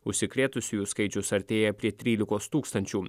užsikrėtusiųjų skaičius artėja prie trylikos tūkstančių